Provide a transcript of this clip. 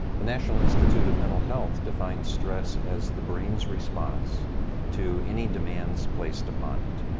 the national institute of mental health defines stress as the brain's response to any demands placed upon it.